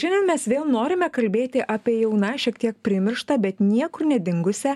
šiandien mes vėl norime kalbėti apie jau na šiek tiek primirštą bet niekur nedingusią